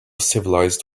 civilized